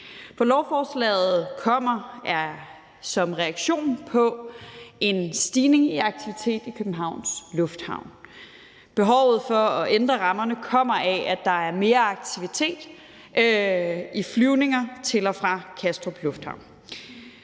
For lovforslaget kommer som reaktion på en stigning i aktivitet i Københavns Lufthavn. Behovet for at ændre rammerne kommer af, at der er mere aktivitet i form af flyvninger til og fra Kastrup Lufthavn.